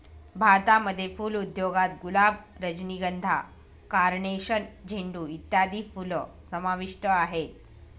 भारतामध्ये फुल उद्योगात गुलाब, रजनीगंधा, कार्नेशन, झेंडू इत्यादी फुलं समाविष्ट आहेत